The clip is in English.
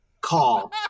call